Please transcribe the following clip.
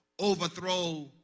overthrow